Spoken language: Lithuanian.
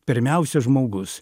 pirmiausia žmogus